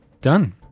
Done